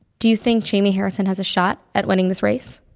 do you think jaime harrison has a shot at winning this race?